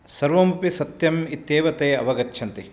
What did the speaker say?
सर्वमपि सत्यम् इत्येव ते अवगच्छन्ति